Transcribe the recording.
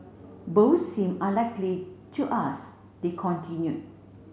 both seem unlikely to us they continue